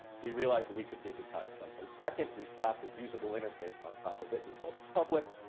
we realized that we could digitize something. second, we slapped a usable interface on top of it and called it public.